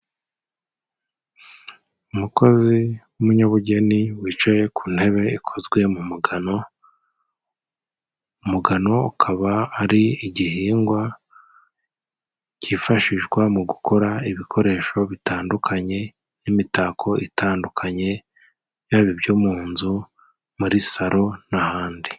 Umukozi w'umunyabugeni wicaye ku ntebe ikozwe mu mugano. Umugano ukaba ari igihingwa kifashishwa mu gukora ibikoresho bitandukanye, imitako itandukanye yaba ibyo mu nzu, muri saro n'ahandi.